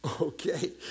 Okay